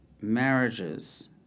marriages